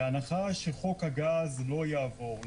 בהנחה שחוק הגז לא יעבור.